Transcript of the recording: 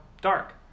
dark